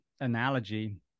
analogy